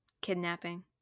kidnapping